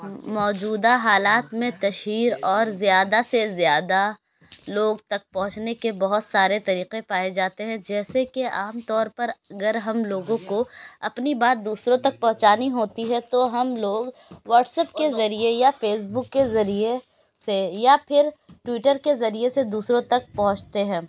موجودہ حالات میں تشہیر اور زیادہ سے زیادہ لوگ تک پہنچنے کے بہت سارے طریقے پائے جاتے ہیں جیسے کہ عام طور پر اگر ہم لوگوں کو اپنی بات دوسروں تک پہنچانی ہوتی ہے تو ہم لوگ واٹس ایپ کے ذریعے یا فیس بک کے ذریعے سے یا پھر ٹویٹر کے ذریعے سے دوسروں تک پہنچتے ہیں